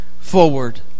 forward